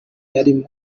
yarimo